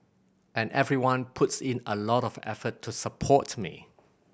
and everyone puts in a lot of effort to support me